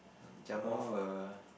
jump off a